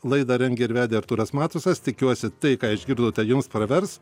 laidą rengė ir vedė artūras matusas tikiuosi tai ką išgirdote jums pravers